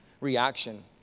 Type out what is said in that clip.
reaction